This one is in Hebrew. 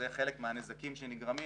זה חלק מהנזקים שנגרמים